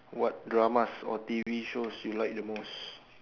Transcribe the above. what dramas or T_V shows you like the most